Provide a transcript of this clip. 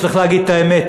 צריך להגיד את האמת,